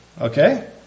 Okay